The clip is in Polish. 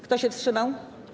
Kto się wstrzymał?